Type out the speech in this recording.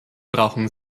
brauchen